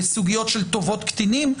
לסוגיות של טובות קטינים.